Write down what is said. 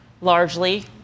largely